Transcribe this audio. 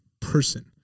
person